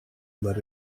let